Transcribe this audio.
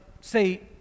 say